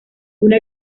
una